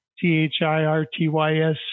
T-H-I-R-T-Y-S